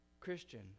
Christian